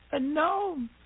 No